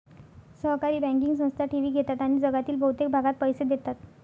सहकारी बँकिंग संस्था ठेवी घेतात आणि जगातील बहुतेक भागात पैसे देतात